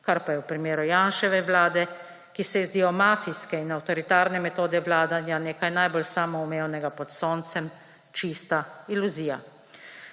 kar pa je v primeru Janševe vlade, ki se ji zdijo mafijske in avtoritarne metode vladanja nekaj najbolj samoumevnega pod soncem, čista iluzija.